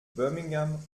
birmingham